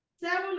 Seven